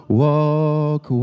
walk